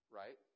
right